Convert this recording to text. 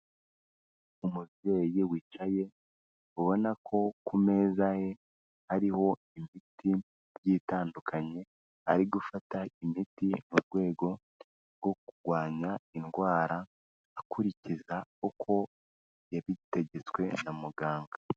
Umubyeyi wicaye ubona ko ku meza ye hariho imiti igiye itandukanye, ari gufata imiti mu rwego rwo kurwanya indwara akurikiza uko yabitegetswe na muganga.